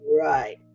Right